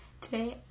Today